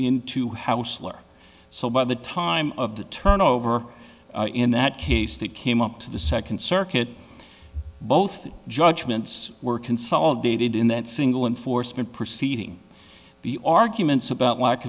into hausler so by the time of the turnover in that case that came up to the second circuit both judgments were consolidated in that single enforcement proceeding the arguments about lack